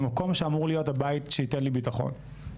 במקום שאמור להיות הבית שייתן לי ביטחון.